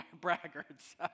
braggarts